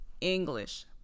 English